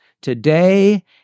today